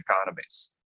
economies